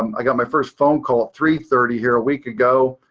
i got my first phone call three thirty here a week ago,